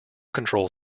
control